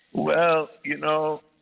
well, you know,